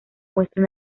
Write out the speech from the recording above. muestra